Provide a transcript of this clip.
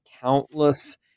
countless